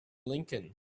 lincoln